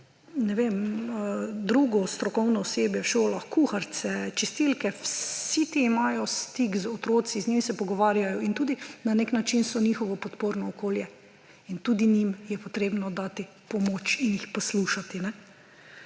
saj tudi drugo strokovno osebje v šolah, kuharice, čistilke, vsi ti imajo stik z otroci, z njimi se pogovarjajo in tudi na nek način so njihovo podporno okolje in tudi njim je potrebno dati pomoč in jih poslušati.